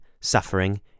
suffering